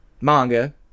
manga